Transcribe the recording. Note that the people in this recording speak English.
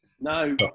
No